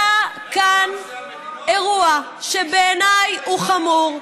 היה כאן אירוע שבעיניי הוא חמור,